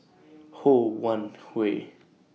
Ho Wan Hui